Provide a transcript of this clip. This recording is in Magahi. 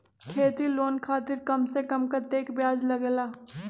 खेती लोन खातीर कम से कम कतेक ब्याज लगेला?